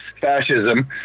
fascism